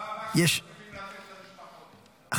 רוצים לעזור למשפחות, למילואימניקים.